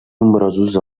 nombrosos